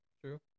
True